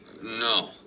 No